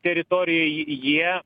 teritorijoj jie